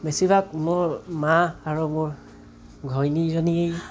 বেছিভাগ মোৰ মা আৰু মোৰ ঘৈণীজনী